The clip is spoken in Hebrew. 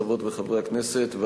חברות וחברי הכנסת,